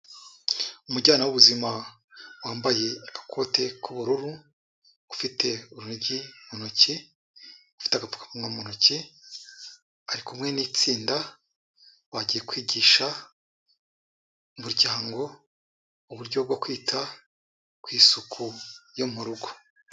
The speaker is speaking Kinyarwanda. Umujyana w'ubuzima wambaye ikote k'ubururu ufite urunigi mu ntoki ufite agapfukamunwa mu ntoki ari kumwe n'itsinda wagiye kwigisha umuryango uburyo bwo kwita kw'isuku yo mu rugo.